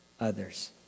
others